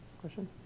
Question